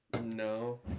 No